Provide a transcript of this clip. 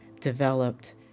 developed